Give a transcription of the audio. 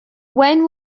when